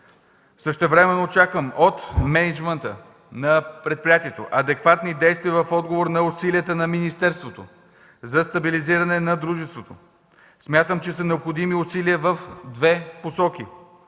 Същевременно очаквам от мениджмънта на предприятието адекватни действия в отговор на усилията на министерството за стабилизиране на дружеството. Смятам, че са необходими усилия в две посоки: